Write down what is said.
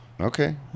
okay